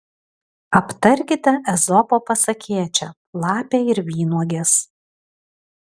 aptarkite ezopo pasakėčią lapė ir vynuogės